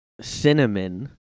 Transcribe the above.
cinnamon